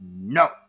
no